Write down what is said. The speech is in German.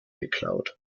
geklaut